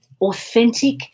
authentic